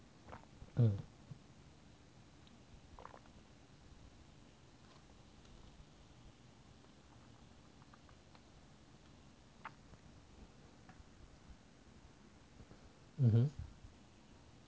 mmhmm